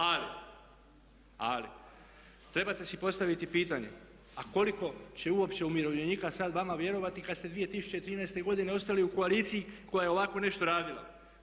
Ali, ali trebate si postaviti pitanje a koliko će uopće umirovljenika sad vama vjerovati kada ste 2013. godine ostali u koaliciji koja je ovako nešto radila.